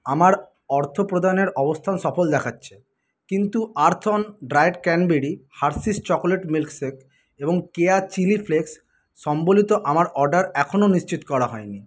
আমার অর্থপ্রদানের অবস্থান সফল দেখাচ্ছে কিন্তু আর্থঅন dried cranberry Hershey's chocolate milk shake এবং কেয়া চিলি ফ্লেক্স সম্বলিত আমার অর্ডার এখনও নিশ্চিত করা হয় নি